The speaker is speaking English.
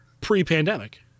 pre-pandemic